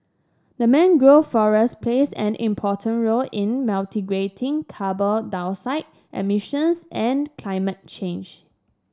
the mangrove forest plays an important role in mitigating carbon dioxide emissions and climate change